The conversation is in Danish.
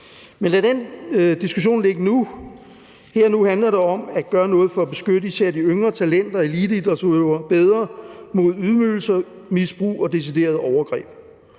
men lad den diskussion ligge nu. Her og nu handler det om at gøre noget for at beskytte især de yngre talenter og eliteidrætsudøvere bedre mod ydmygelser, misbrug og deciderede overgreb.